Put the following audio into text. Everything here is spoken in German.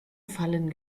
fallen